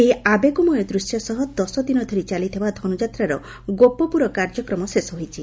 ଏହି ଆବେଗମୟ ଦୂଶ୍ୟ ସହ ଦଶ ଦିନ ଧରି ଚାଲିଥିବା ଧନୁଯାତ୍ରାର ଗୋପପୁର କାର୍ଯ୍ୟକ୍ରମ ଶେଷ ହୋଇଛି